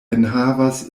enhavas